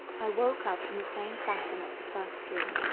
i woke up in the same fashion as the first dream,